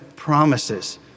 promises